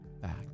back